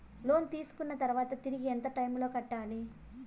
లోను తీసుకున్న తర్వాత తిరిగి ఎంత టైములో కట్టాలి